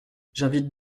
j’invite